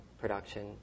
production